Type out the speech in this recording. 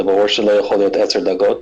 זה ברור שלא יכול להיות 10 דרגות,